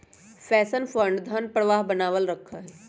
pension fund धन प्रवाह बनावल रखा हई